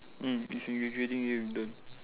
mm is in graduating year intern